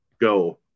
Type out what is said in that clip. go